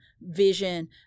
vision